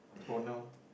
for now